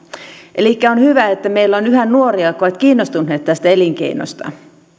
elikkä on hyvä että meillä on yhä nuoria jotka ovat kiinnostuneita tästä elinkeinosta